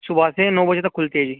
صبح سے نو بجے تک کھلتی ہے جی